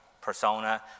persona